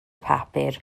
papur